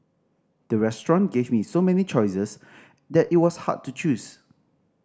the restaurant gave me so many choices that it was hard to choose